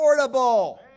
affordable